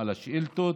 אחרי השאילתות,